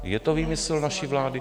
Je to výmysl naší vlády?